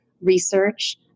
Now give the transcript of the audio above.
research